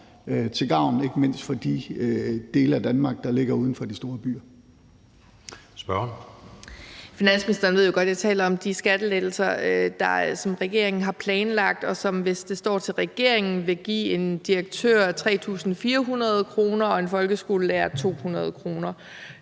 Kl. 16:52 Anden næstformand (Jeppe Søe): Spørgeren. Kl. 16:52 Lisbeth Bech-Nielsen (SF): Finansministeren ved jo godt, at jeg taler om de skattelettelser, som regeringen har planlagt, og som, hvis det står til regeringen, vil give en direktør 3.400 kr. og en folkeskolelærer 200 kr.